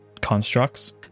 constructs